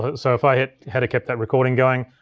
but so if i had've kept that recording going,